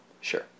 Sure